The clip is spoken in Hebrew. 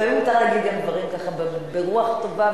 לפעמים מותר להגיד גם דברים ככה ברוח טובה,